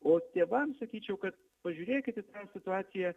o tėvam sakyčiau kad pažiūrėkit į situaciją